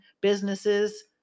businesses